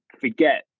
forget